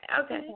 Okay